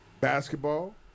Basketball